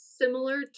similar